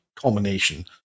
culmination